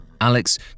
Alex